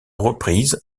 reprises